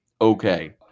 okay